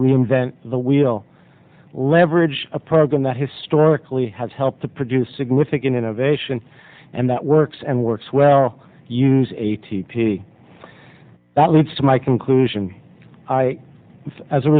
reinvent the wheel leverage a program that historically has helped to produce significant innovation and that works and works well use a t p that leads to my conclusion i